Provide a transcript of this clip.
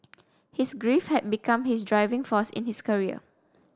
his grief had become his driving force in his career